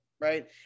right